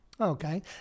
Okay